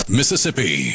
mississippi